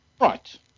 right